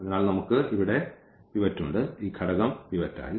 അതിനാൽ നമുക്ക് ഇവിടെ ഈ പിവറ്റ് ഉണ്ട് ഈ ഘടകം പിവറ്റ് ആയി